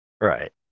Right